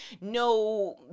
no